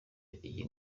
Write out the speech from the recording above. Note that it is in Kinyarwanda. iyi